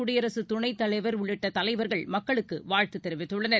குடியரசுத் துணைத் தலைவர் உள்ளிட்ட தலைவர்கள் மக்களுக்கு வாழ்த்து தெரிவித்துள்ளனர்